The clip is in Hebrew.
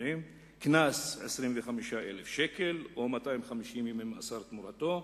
קנס 25,000 שקל או 250 ימי מאסר תמורתו,